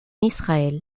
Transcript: israël